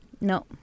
No